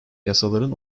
yasaların